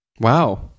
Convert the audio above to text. wow